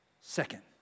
Second